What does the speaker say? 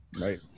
Right